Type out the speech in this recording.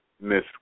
Miss